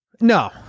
no